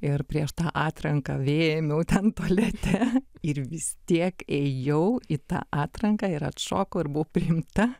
ir prieš tą atranką vėmiau ten tualete ir vis tiek ėjau į tą atranką ir atšokau ir buvau priimta